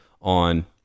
on